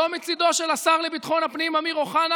לא מצידו של השר לביטחון הפנים אמיר אוחנה